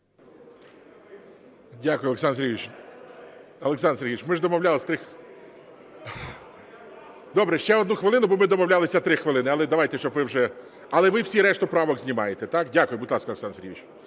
Дякую, Олександр Сергійович.